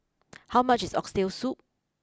how much is Oxtail Soup